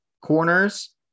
corners